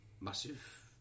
massive